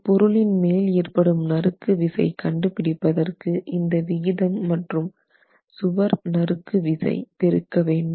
ஒரு பொருளின் மேல் ஏற்படும் நறுக்கு விசை கண்டுபிடிப்பதற்கு இந்த விகிதம் மற்றும் சுவர் நறுக்கு விசை பெருக்க வேண்டும்